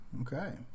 Okay